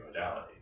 modalities